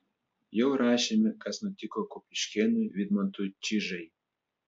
jau rašėme kas nutiko kupiškėnui vidmantui čižai